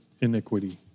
iniquity